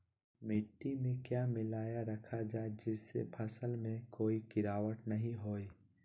मिट्टी में क्या मिलाया रखा जाए जिससे फसल में कोई गिरावट नहीं होई?